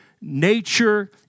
Nature